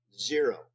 zero